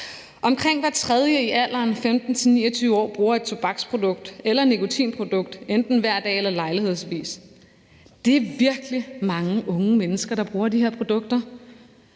Omkring hver tredje i alderen 15-29 år bruger et tobaksprodukt eller et nikotinprodukt, enten hver dag eller lejlighedsvis. Det er virkelig mange unge mennesker, der bruger de her produkter.